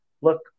look